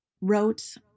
wrote